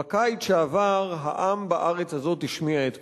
בקיץ שעבר העם בארץ הזאת השמיע את קולו,